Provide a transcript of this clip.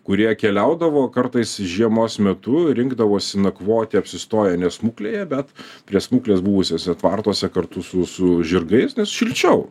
kurie keliaudavo kartais žiemos metu rinkdavosi nakvoti apsistoję ne smuklėje bet prie smuklės buvusiuose tvartuose kartu su su žirgais nes šilčiau